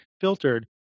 filtered